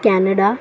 Canada